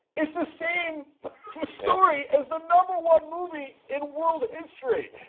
it's the same story as the number one movie in world history.